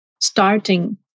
starting